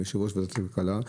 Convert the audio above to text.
מיושב-ראש ועדת הכלכלה,